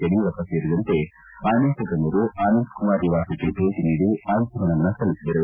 ಯಡಿಯೂರಪ್ಪ ಸೇರಿದಂತೆ ಅನೇಕ ಗಣ್ಣರು ಅನಂತಕುಮಾರ್ ನಿವಾಸಕ್ಕೆ ಭೇಟ ನೀಡಿ ಅಂತಿಮ ನಮನ ಸಲ್ಲಿಸಿದರು